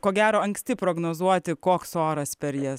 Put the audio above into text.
ko gero anksti prognozuoti koks oras per jas